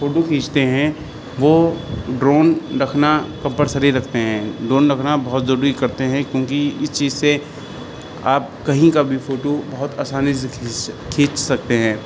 photo کھینچتے ہیں وہ ڈرون رکھنا کمپلسری رکھتے ہیں ڈرون رکھنا بہت ضروری کرتے ہیں کیوںکہ اس چیز سے آپ کہیں کا بھی فوٹو بہت آسانی سے کھینس کھینچ سکتے ہیں